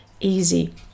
easy